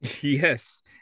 Yes